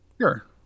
Sure